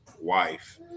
wife